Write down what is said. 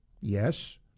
Yes